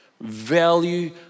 value